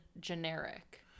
generic